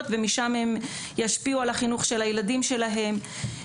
ומשם הם ישפיעו על החינוך של הילדים שלהם,